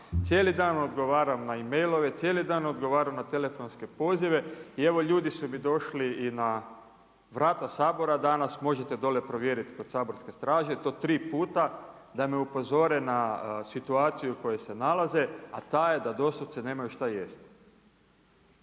Cijeli dan odgovaram na e-mailove, cijeli dan odgovaram na telefonske pozive i evo ljudi su mi došli i na vrata Sabora danas, možete dole provjeriti kod saborske straže i to 3 puta. Da me upozore na situaciju u kojoj se nalaze, a ta je da doslovce nemaju šta jesti.